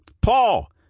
Paul